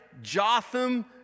Jotham